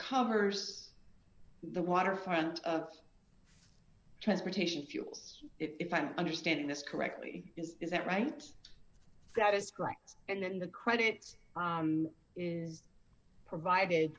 commerce the waterfront transportation fuels if i'm understanding this correctly is is that right that is correct and in the credits is provided